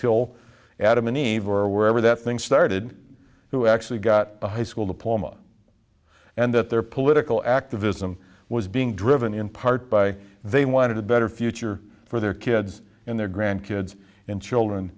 till adam and eve or wherever that thing started who actually got a high school diploma and that their political activism was being driven in part by they wanted a better future for their kids and their grandkids and children